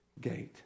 gate